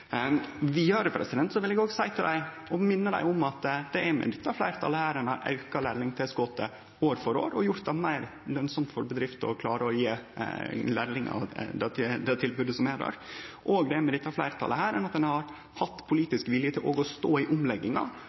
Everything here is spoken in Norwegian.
Vidare vil eg òg minne dei på at det er med dette fleirtalet ein har auka lærlingtilskotet år for år og gjort det meir lønsamt for bedrifter å gje lærlingar det tilbodet som er der. Det er òg med dette fleirtalet ein har hatt politisk vilje til å stå i